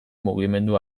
mugimendu